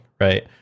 right